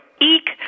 eek